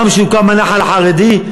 גם כשהוקם הנח"ל החרדי,